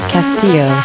Castillo